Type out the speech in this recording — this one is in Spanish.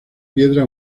piedra